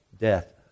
death